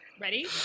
ready